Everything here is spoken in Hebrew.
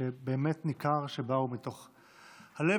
שבאמת ניכר שבאו מתוך הלב,